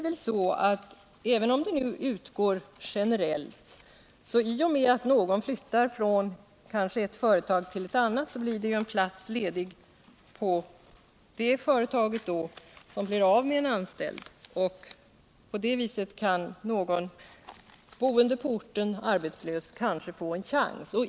Även om bidraget utgår generellt innebär det att om någon flyttar från ett företag till ett annat så blir det en plats ledig på det företag som mister en anställd. På det sättet kan kanske någon på orten boende arbetslös få en chans.